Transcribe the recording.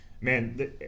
Man